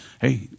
hey